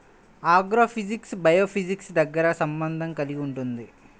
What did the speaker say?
agrophysics బయోఫిజిక్స్తో దగ్గరి సంబంధం కలిగి ఉంటుంది